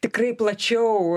tikrai plačiau